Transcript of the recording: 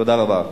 תודה רבה.